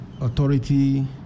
authority